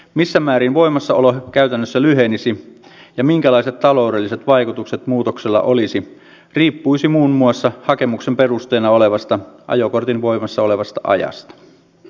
missä määrin voimassaolo käytännössä lyhenisi ja minkälaiset taloudelliset vaikutukset muutoksella olisi riippuisi muun muassa hakemuksen perusteena olevan ajokortin voimassaoloajasta